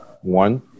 one